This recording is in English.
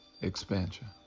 Expansion